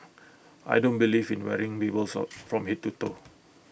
I don't believe in wearing labels or from Head to toe